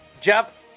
Jeff